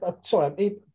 sorry